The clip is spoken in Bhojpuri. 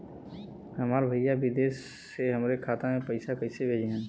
हमार भईया विदेश से हमारे खाता में पैसा कैसे भेजिह्न्न?